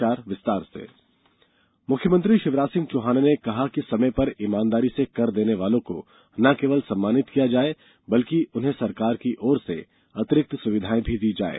कर सुविधा मुख्यमंत्री शिवराज सिंह चौहान ने कहा है कि समय पर ईमानदारी से कर देने वालों को न केवल सम्मानित किया जाये बल्कि उन्हें सरकार की ओर से अतिरिक्त सुविधाएं भी दी जाये